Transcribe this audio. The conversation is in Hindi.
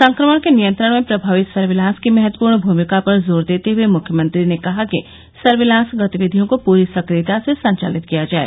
संक्रमण के नियंत्रण में प्रमावी सर्विलांस की महत्वपूर्ण भूमिका पर जोर देते हये मुख्यमंत्री ने कहा कि सर्विलांस गतिविधियों को पूरी सक्रियता से संचालित किया जाए